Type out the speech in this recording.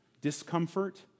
discomfort